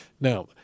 Now